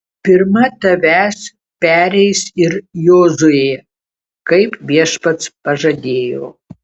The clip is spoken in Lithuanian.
pirma tavęs pereis ir jozuė kaip viešpats pažadėjo